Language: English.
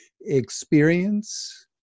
experience